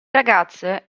ragazze